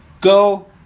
Go